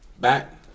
Back